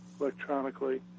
electronically